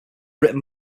written